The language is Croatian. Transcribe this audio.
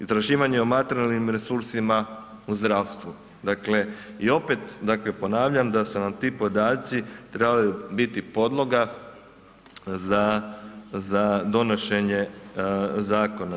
Istraživanje o materijalnim resursima u zdravstvu, dakle i opet ponavljam da su nam ti podaci trebali biti podloga za donošenje zakona.